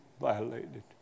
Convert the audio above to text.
violated